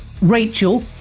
Rachel